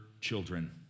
children